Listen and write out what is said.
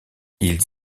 ils